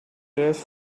dress